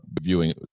viewing